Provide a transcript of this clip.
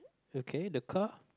okay the car